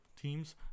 teams